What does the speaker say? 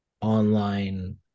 online